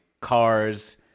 cars